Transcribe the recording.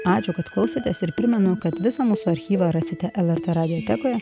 ačiū kad klausėtės ir primenu kad visą mūsų archyvą rasite lrt radiotekoje